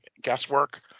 guesswork